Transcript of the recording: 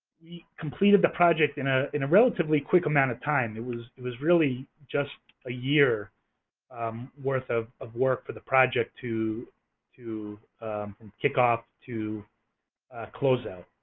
completed the project in ah in a relatively quick amount of time. it was it was really just a year worth of of work for the project to to kick off to close out.